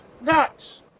nuts